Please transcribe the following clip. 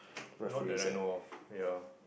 not the I know of yeah